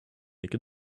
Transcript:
make